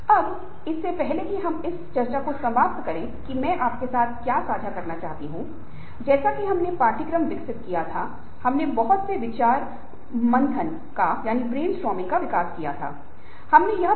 यह आपकी कमजोरी है और सूक्ष्म वातावरण में अवसर यह है कि आप एमएस का अध्ययन कर सकते हैं फिर आप राष्ट्रीय परीक्षा को साफ़ कर सकते हैं और एक अच्छे संस्थान में PhD करने के लिए इसमें प्रवेश कर सकते हैं